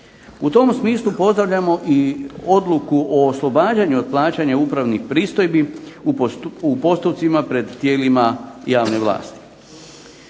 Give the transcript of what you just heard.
U tom smislu pozdravljamo i odluku o oslobađanju od plaćanja upravnih pristojbi u postupcima pred tijelima javne vlasti.